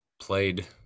played